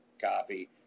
copy